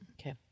Okay